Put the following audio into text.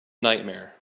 nightmare